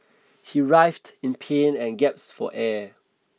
he writhed in pain and gasped for air